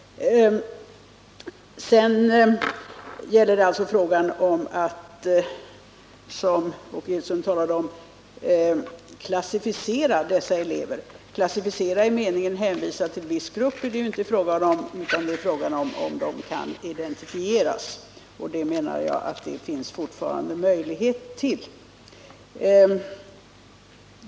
Sedan gäller det också att, som Åke Gillström talade om, klassificera dessa elever. Klassificera i meningen att hänvisa till viss grupp är det inte fråga om, utan det gäller om eleverna kan identifieras — och det menar jag att det fortfarande finns möjligheter till.